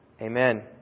Amen